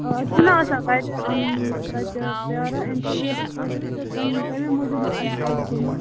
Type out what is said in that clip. آز چھ نہ آسان تَتہِ تَتہِ پیاران اِنٹروِوَس خٲطرٕ تہٕ تمہ تمے موٗجوب ما آسہِ ٹایِم گوٚمُت